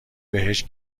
بهش